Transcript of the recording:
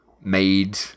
made